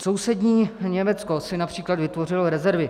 Sousední Německo si například vytvořilo rezervy.